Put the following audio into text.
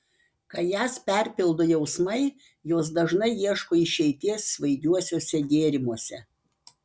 kai jas perpildo jausmai jos dažnai ieško išeities svaigiuosiuose gėrimuose